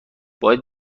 باید